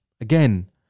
Again